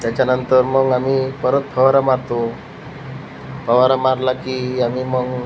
त्याच्यानंतर मग आम्ही परत फवारा मारतो फवारा मारला की आम्ही मग